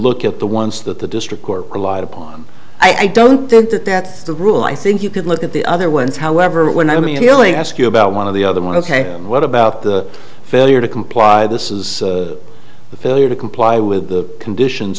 look at the ones that the district court relied upon i don't think that that's the rule i think you could look at the other ones however when i mean really ask you about one of the other one ok what about the failure to comply this is the failure to comply with the conditions